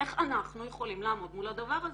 איך אנחנו יכולים לעמוד מול הדבר הזה?